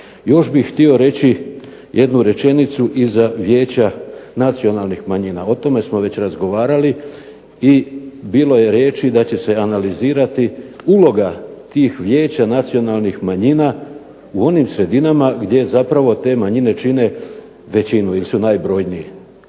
Još bih htio reći jednu rečenicu i za vijeća nacionalnih manjina. O tome smo već razgovarali i bilo je riječi da će se analizirati uloga tih vijeća nacionalnih manjina u onim sredinama gdje zapravo te manjine čine većinu ili su najbrojniji.